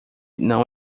não